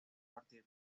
partir